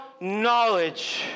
knowledge